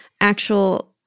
actual